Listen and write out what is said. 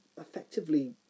effectively